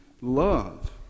love